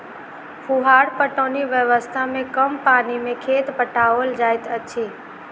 फुहार पटौनी व्यवस्था मे कम पानि मे खेत पटाओल जाइत अछि